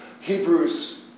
Hebrews